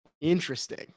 Interesting